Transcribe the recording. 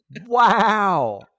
wow